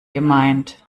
gemeint